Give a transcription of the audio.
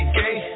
gay